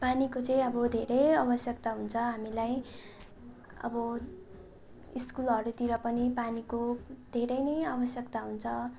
पानीको चाहिँ अब धेरै आवश्यकता हुन्छ हामीलाई अब स्कुलहरूतिर पनि पानीको धेरै नै आवश्यकता हुन्छ